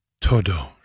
Todo